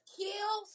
kill